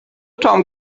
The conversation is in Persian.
تام